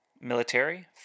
military